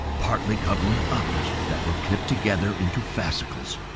partly covering others that were clipped together into fascicles.